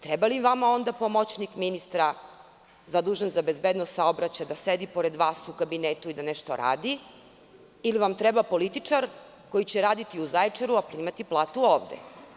Treba li vama onda pomoćnik ministra zadužen za bezbednost saobraćaja, da sedi pored vas u kabinetu i da nešto radi, ili vam treba političar koji će raditi u Zaječaru a primati platu ovde?